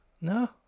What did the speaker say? No